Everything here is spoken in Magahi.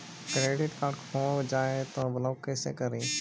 क्रेडिट कार्ड खो जाए तो ब्लॉक कैसे करी?